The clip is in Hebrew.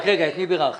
את מי בירכת?